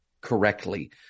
correctly